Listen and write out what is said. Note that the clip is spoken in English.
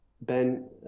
Ben